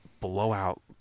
Blowout